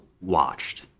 watched